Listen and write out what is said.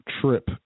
trip